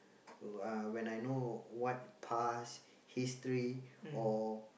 uh when I know what past history or